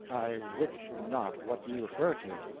i wit not what ye refer to.